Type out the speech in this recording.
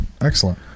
Excellent